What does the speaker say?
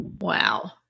Wow